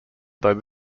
though